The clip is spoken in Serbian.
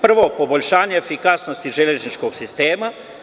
Prvo, poboljšanje efikasnosti železničkog sistema.